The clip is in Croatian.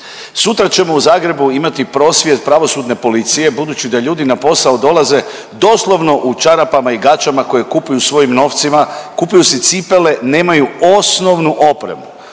Sutra ćemo u Zagrebu imati prosvjed pravosudne policije budući da ljudi na posao dolaze doslovno u čarapama i gaćama koje kupuju svojim novcima, kupuju si cipele, nemaju osnovnu opremu,